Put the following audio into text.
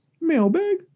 Mailbag